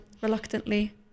reluctantly